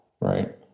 right